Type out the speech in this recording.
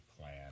plan